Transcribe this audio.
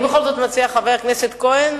בכל זאת, חבר הכנסת כהן,